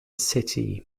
city